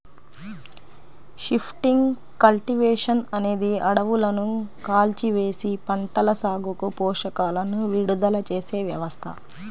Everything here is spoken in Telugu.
షిఫ్టింగ్ కల్టివేషన్ అనేది అడవులను కాల్చివేసి, పంటల సాగుకు పోషకాలను విడుదల చేసే వ్యవస్థ